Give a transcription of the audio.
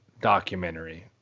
documentary